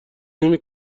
نمی